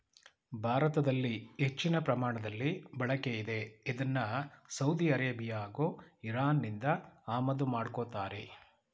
ಭಾರತದಲ್ಲಿ ಹೆಚ್ಚಿನ ಪ್ರಮಾಣದಲ್ಲಿ ಬಳಕೆಯಿದೆ ಇದ್ನ ಸೌದಿ ಅರೇಬಿಯಾ ಹಾಗೂ ಇರಾನ್ನಿಂದ ಆಮದು ಮಾಡ್ಕೋತಾರೆ